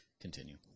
continue